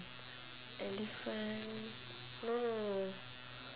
elephant no no no no